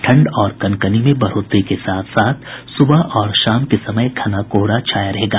ठंड और कनकनी में बढ़ोतरी के साथ साथ सुबह और शाम के समय घना कोहरा छाया रहेगा